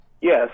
Yes